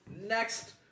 Next